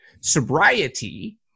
Sobriety